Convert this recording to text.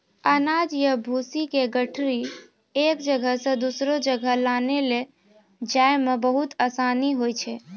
अनाज या भूसी के गठरी एक जगह सॅ दोसरो जगह लानै लै जाय मॅ बहुत आसानी होय छै